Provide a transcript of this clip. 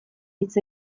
hitz